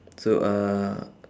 so uh